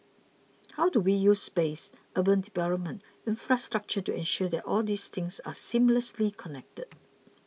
how do we use space urban development infrastructure to ensure that all these things are seamlessly connected